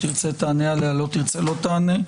תרצה תענה עליה, לא תרצה לא תענה.